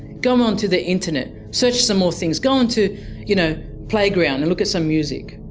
go onto the internet, search some more things, go onto you know playground and look at some music.